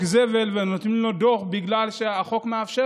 זבל ונותנים לו דוח בגלל שהחוק מאפשר.